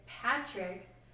Patrick